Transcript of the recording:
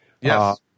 yes